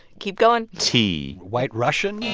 keep going. t. white russian? can